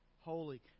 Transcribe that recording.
holy